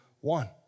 one